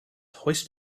hoist